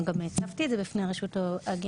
גם הצפתי את זה בפני רשות ההגירה,